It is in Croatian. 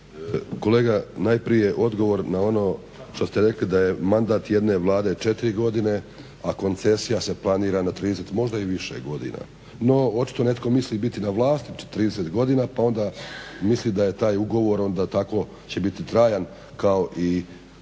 Kolega, najprije odgovor na ono što ste rekli da je mandat jedne vlade 4 godine, a koncesija se planira na 30, možda i više godina. No očito netko misli biti na vlasti 30 godina pa onda misli da je taj ugovor onda tako će biti trajan kao i